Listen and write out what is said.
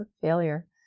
failure